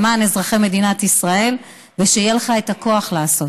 למען אזרחי מדינת ישראל ושיהיה לך את הכוח לעשות.